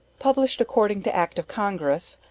published according to act of congress.